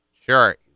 Sure